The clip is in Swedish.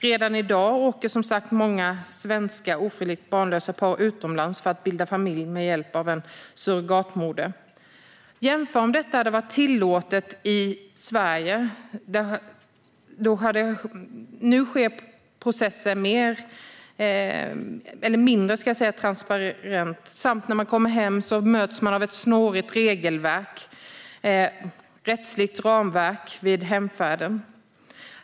Redan i dag åker många svenska ofrivilligt barnlösa par utomlands för att bilda familj med hjälp av en surrogatmoder. Jämfört med om detta varit tillåtet i Sverige sker processen med mindre transparens och ett snårigt rättsligt ramverk vid hemfärden, och man möts av ett snårigt regelverk när man kommer hem och.